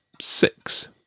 six